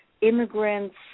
immigrants